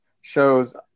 shows